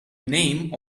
name